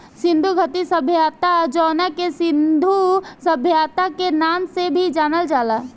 सिंधु घाटी सभ्यता जवना के सिंधु सभ्यता के नाम से भी जानल जाला